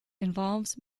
involves